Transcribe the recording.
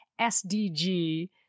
SDG